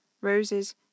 Roses